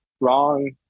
wrong